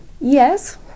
Yes